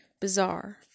bizarre